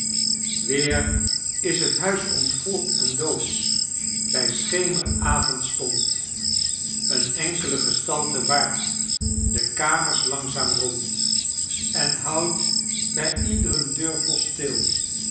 weer is het huis ontvolkt en doodsch by schemeravondstond een enkele gestalte waart de kamers langzaam rond en houdt by iedren deurpost stil